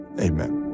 Amen